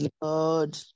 Lord